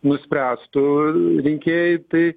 nuspręstų rinkėjai tai